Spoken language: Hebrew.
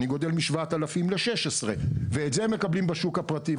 אני גודל משבעת אלפים ושש עשרה ואת זה הם מקבלים בשוק הפרטי.